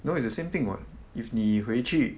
no it's the same thing what if 你回去